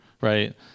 Right